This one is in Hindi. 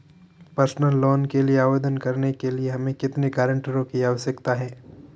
पर्सनल लोंन के लिए आवेदन करने के लिए हमें कितने गारंटरों की आवश्यकता है?